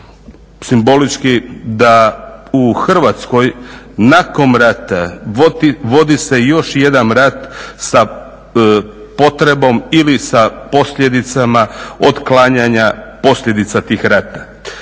simbolički da u Hrvatskoj nakon rata vodi se još jedan rat sa potrebom ili sa posljedicama otklanjanja posljedica tih rata.